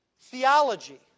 theology